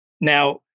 Now